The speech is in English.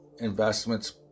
investments